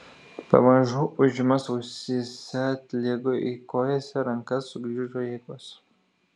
pamažu ūžimas ausyse atlėgo į kojas ir rankas sugrįžo jėgos